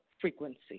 frequency